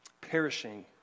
perishing